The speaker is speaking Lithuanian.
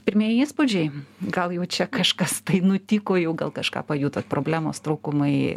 pirmieji įspūdžiai gal jau čia kažkas tai nutiko jau gal kažką pajutot problemos trūkumai